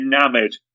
enamoured